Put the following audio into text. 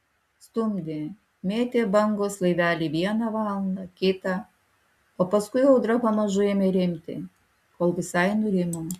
stumdė mėtė bangos laivelį vieną valandą kitą o paskui audra pamažu ėmė rimti kol visai nurimo